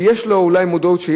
שיש לו אולי מודעות,